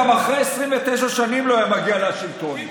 גם אחרי 29 שנים לא היה מגיע לשלטון.